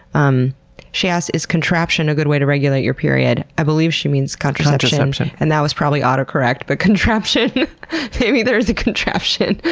um she asks is contraption a good way to regulate your period? i believe she means contraception, and that was probably autocorrect, but maybe there's a contraption, a